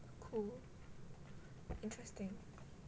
cool interesting